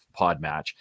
Podmatch